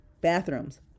Bathrooms